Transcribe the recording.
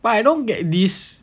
but I don't get this